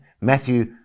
Matthew